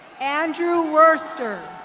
andrew worster.